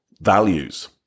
values